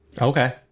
okay